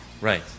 Right